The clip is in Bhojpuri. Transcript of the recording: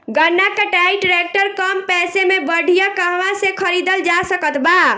गन्ना कटाई ट्रैक्टर कम पैसे में बढ़िया कहवा से खरिदल जा सकत बा?